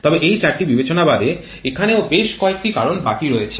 তবে এই চারটি বিবেচনা বাদে এখনও বেশ কয়েকটি কারণ বাকি রয়েছে